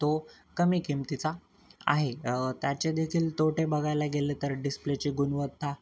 तो कमी किमतीचा आहे त्याचेदखील तोटे बघायला गेले तर डिस्प्लेची गुणवत्ता